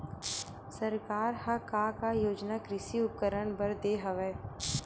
सरकार ह का का योजना कृषि उपकरण बर दे हवय?